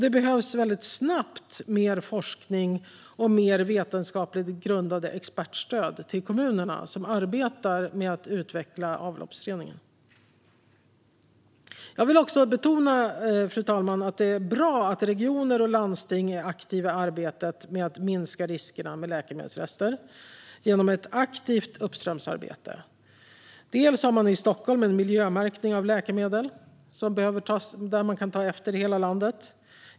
Det behövs väldigt snabbt mer forskning och mer vetenskapligt grundat expertstöd till kommunerna som arbetar med att utveckla avloppsreningen. Fru talman! Jag vill också betona att det är bra att regioner och landsting är aktiva i arbetet med att minska riskerna med läkemedelsrester genom ett aktivt uppstramningsarbete. Man har i Stockholm en miljömärkning av läkemedel som man kan ta efter i hela landet.